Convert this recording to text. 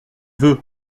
veut